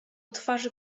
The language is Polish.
twarzy